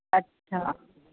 अच्छा